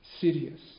serious